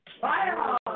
Fire